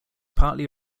partly